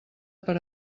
per